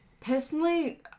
personally